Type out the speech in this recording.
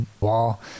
wall